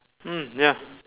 mm ya